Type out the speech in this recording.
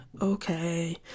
Okay